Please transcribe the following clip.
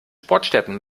sportstätten